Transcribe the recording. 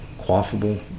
quaffable